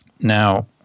Now